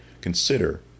consider